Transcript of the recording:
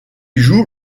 joue